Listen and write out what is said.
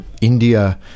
India